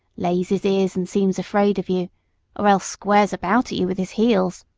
lays his ears, and seems afraid of you or else squares about at you with his heels.